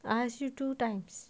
I ask you two times